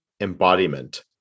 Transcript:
embodiment